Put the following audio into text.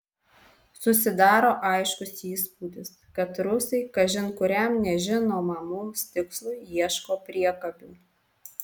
susidaro aiškus įspūdis kad rusai kažin kuriam nežinomam mums tikslui ieško priekabių